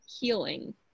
healing